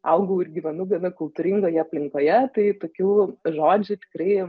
augau ir gyvenu gana kultūringoje aplinkoje tai tokių žodžių tikrai